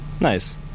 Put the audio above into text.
nice